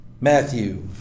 Matthew